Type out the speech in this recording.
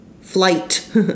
flight